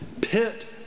pit